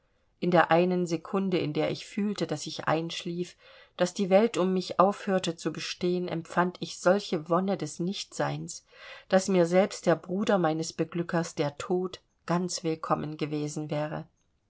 in der einen sekunde in der ich fühlte daß ich einschlief daß die welt um mich aufhörte zu bestehen empfand ich solche wonne des nichtseins daß mir selbst der bruder meines beglückers der tod ganz willkommen gewesen wäre